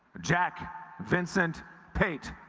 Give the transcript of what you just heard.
jack vincent pate